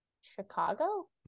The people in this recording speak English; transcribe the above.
Chicago